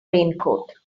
raincoat